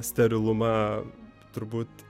sterilumą turbūt